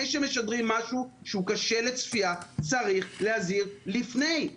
שמשדרים משהו שהוא קשה לצפייה צריך להזהיר לפני.